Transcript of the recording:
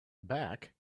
back